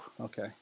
Okay